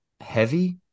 heavy